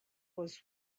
was